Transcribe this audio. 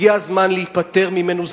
הגיע הזמן להיפטר ממנו,